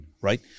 right